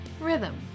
rhythm